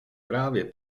právě